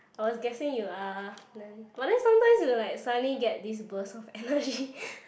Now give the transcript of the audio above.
I was guessing you are then but then sometimes you like suddenly get this burst of energy